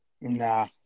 Nah